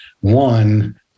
one